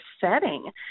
setting